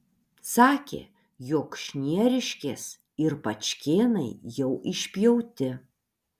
sakė jog šnieriškės ir pačkėnai jau išpjauti